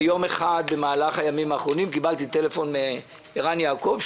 יום אחד במהלך הימים האחרונים קיבלתי טלפון מערן יעקב,